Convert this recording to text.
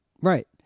Right